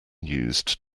used